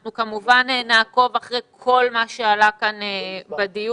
אנחנו כמובן נעקוב אחרי כל מה שעלה כאן בדיון